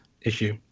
issue